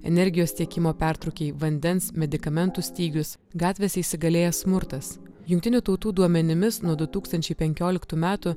energijos tiekimo pertrūkiai vandens medikamentų stygius gatvėse įsigalėjęs smurtas jungtinių tautų duomenimis nuo du tūkstančiai penkioliktų metų